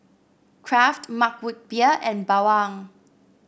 Kraft Mug Root Beer and Bawang